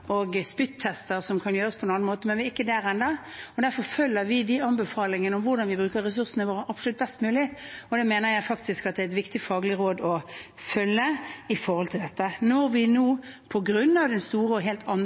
og spyttester som kan gjøres på annen måte, men vi er ikke der ennå. Derfor følger vi anbefalingene om hvordan vi bruker ressursene vår absolutt best mulig, og det mener jeg faktisk er et viktig faglig råd å følge. Når vi nå på grunn av den store og helt